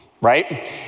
right